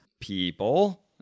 people